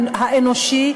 האנושי,